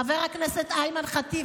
חברת הכנסת אימאן ח'טיב,